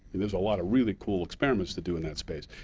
there's a lot of really cool experiments to do in that space.